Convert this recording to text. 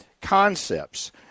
concepts